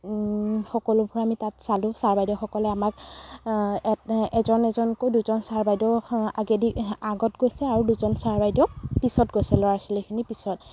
সকলোবোৰ আমি তাত চালোঁ ছাৰ বাইদেউসকলে আমাক এজন এজনলৈ দুজন ছাৰ বাইদেউ আগেদি আগত গৈছে আৰু দুজন ছাৰ বাইদেউ পিছত গৈছে ল'ৰা ছোৱালীখিনিৰ পিছত